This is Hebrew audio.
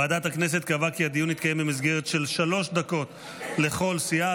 ועדת הכנסת קבעה כי הדיון יתקיים במסגרת של שלוש דקות לכל סיעה,